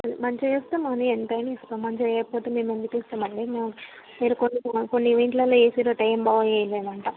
మంచిగా చేస్తే మనీ ఎంతైనా ఇస్తాం మంచిగా చేయకపోతే మేము ఎందుకు ఇస్తాం అండి మీరు కొన్ని వీటిలో వేసిరు అంట ఏమి బాగా వేయలేదంట